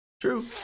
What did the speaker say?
True